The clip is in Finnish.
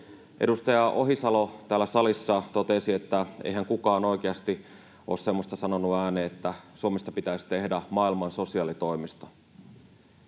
Edustaja Ohisalo täällä salissa totesi, että eihän kukaan oikeasti ole semmoista sanonut ääneen, että Suomesta pitäisi tehdä maailman sosiaalitoimisto.